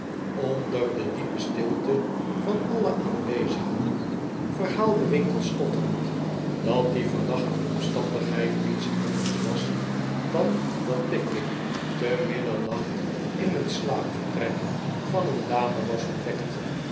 onder de diepe stilte van alle aanwezigen verhaalde winkle stotterend dat die verdachte omstandigheid niets anders was dan dat pickwick te middernacht in het slaapvertrek van een dame was ontdekt